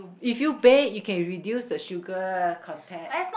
if you bake you can reduce the sugar content